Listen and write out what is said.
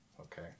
okay